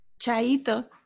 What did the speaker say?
Chaito